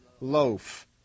loaf